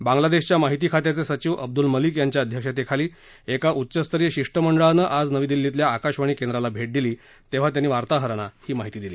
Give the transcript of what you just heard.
बांगलादेशच्या माहिती खात्याचे सचिव अब्दुल मलिक यांच्या अध्यक्षतेखाली एका उच्चस्तरीय शिष्टमंडळानं आज नवी दिल्लीतल्या आकाशवाणी केंद्राला भेट दिली तेव्हा त्यांनी वार्ताहरांना ही माहिती दिली